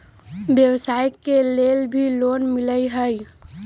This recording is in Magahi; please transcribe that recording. व्यवसाय के लेल भी लोन मिलहई?